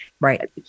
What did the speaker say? Right